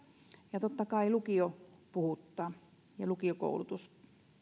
ja totta kai lukio puhuttaa ja lukiokoulutus